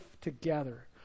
together